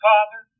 Father